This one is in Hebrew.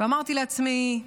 ואמרתי לעצמי: